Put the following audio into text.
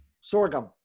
Sorghum